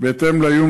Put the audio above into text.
בהתאם לאיום,